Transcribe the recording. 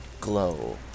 glow